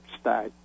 State